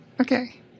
Okay